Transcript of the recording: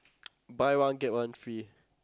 buy one get one free